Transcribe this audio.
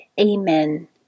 Amen